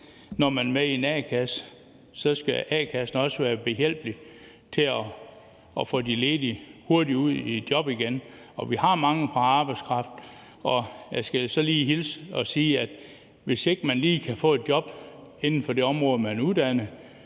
når man er med i en a-kasse, så skal a-kassen også være behjælpelig med hensyn til at få de ledige hurtigt ud i job igen, og vi har mangel på arbejdskraft. Jeg skal så lige hilse og sige, at hvis man ikke lige kan få et job inden for det område, man er uddannet